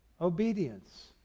obedience